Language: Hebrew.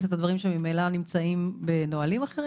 את הדברים שממילא נמצאים בנהלים אחרים?